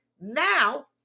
now